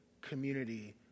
community